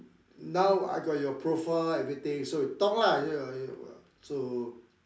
now I got your profile everything so you talk lah so